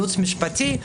ייעוץ משפטי,